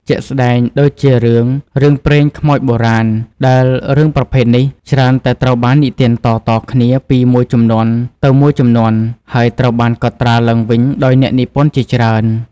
ជាក់ស្តែងដូចជារឿង រឿងព្រេងខ្មោចបុរាណ ដែលរឿងប្រភេទនេះច្រើនតែត្រូវបាននិទានតៗគ្នាពីមួយជំនាន់ទៅមួយជំនាន់ ហើយត្រូវបានកត់ត្រាឡើងវិញដោយអ្នកនិពន្ធជាច្រើន។